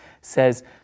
says